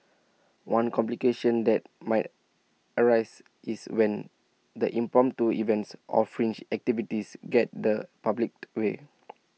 one complication that might arise is when the impromptu events or fringe activities get the public's way